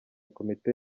komite